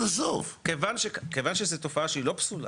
כיוון שזה תופעה שהיא לא פסולה,